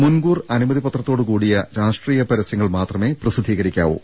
മുൻകൂർ അനുമതി പത്രത്തോട് കൂടിയ രാഷ്ട്രീയ പരസ്യങ്ങൾ മാത്രമേ പ്രസിദ്ധീകരിക്കാവൂ